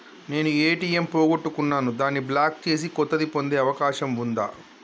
నేను ఏ.టి.ఎం పోగొట్టుకున్నాను దాన్ని బ్లాక్ చేసి కొత్తది పొందే అవకాశం ఉందా?